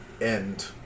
end